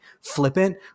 flippant